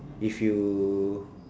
if you